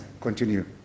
continue